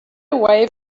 away